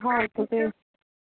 हा तू ते